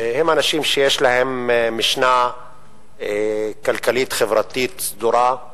אנשים שיש להם משנה כלכלית-חברתית סדורה.